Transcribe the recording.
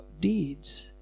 deeds